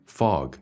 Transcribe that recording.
fog